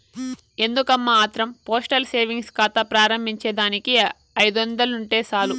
ఎందుకమ్మా ఆత్రం postal savings కాతా ప్రారంబించేదానికి ఐదొందలుంటే సాలు